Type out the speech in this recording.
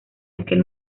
aquel